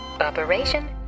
Operation